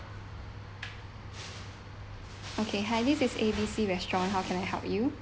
okay hi this is A B C restaurant how can I help you